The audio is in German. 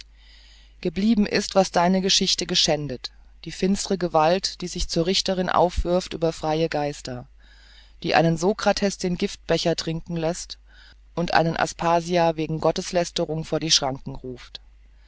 geblieben ist was deine geschichte geschändet die finstere gewalt die sich zur richterin aufwirft über freie geister die einen sokrates den giftbecher trinken läßt und eine aspasia wegen gotteslästerung vor die schranken ruft